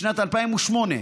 בשנת 2008,